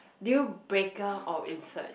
deal breaker or in search